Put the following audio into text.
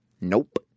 nope